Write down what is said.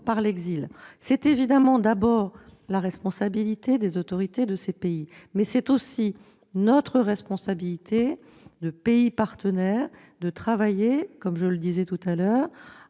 par l'exil. Ce défi relève évidemment d'abord de la responsabilité des autorités de ces pays. Mais c'est aussi notre responsabilité de pays partenaire que de travailler, comme je le disais tout à l'heure,